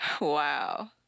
Wow